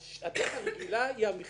שהדרך הרגילה היא המכרז,